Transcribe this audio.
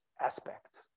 aspects